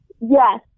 Yes